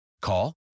Call